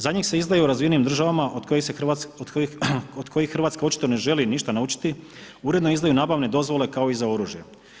Za njih se izdaju u razvijenim državama od kojih Hrvatska očito ne želi ništa naučiti, uredno izdaju nabavne dozvole kao i za oružje.